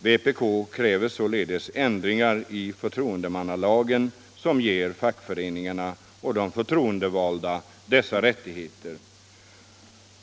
Vpk kräver således ändringar i förtroendemannalagen, som ger fackföreningarna och de förtroendevalda dessa rättigheter.